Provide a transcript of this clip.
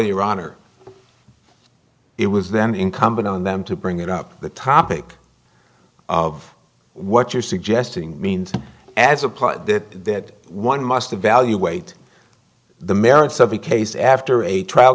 your honor it was then incumbent on them to bring it up the topic of what you're suggesting means as a plot that one must evaluate the merits of the case after a trial